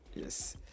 Yes